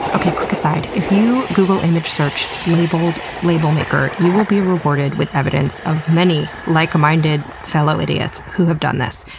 quick aside, if you google image search labeled label maker, you will be rewarded with evidence of many like-minded fellow idiots who have done this.